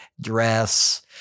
dress